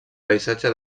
paisatge